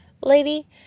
lady